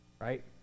Right